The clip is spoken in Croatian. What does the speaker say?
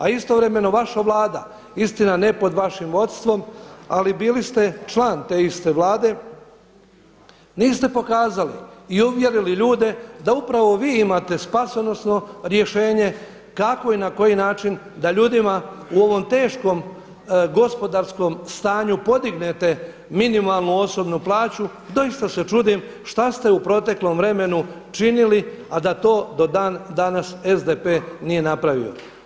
A istovremeno vaša vlada istina ne pod vašim vodstvom, ali bili ste član te iste vlade niste pokazali i uvjerili ljude da upravo vi imate spasonosno rješenje kako i na koji način da ljudima u ovom teškom gospodarskom stanju podignete minimalnu osobnu plaću, doista se čudim šta ste u proteklom vremenu činili, a da to do dan danas SDP nije napravio.